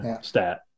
stat